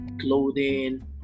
clothing